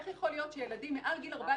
איך יכול להיות שילדים מעל גיל 14,